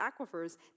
aquifers